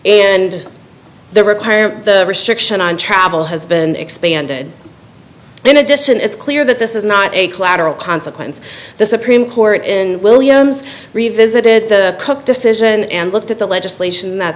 and the require the restriction on travel has been expanded in addition it's clear that this is not a collateral consequence the supreme court in williams revisited the decision and looked at the legislation that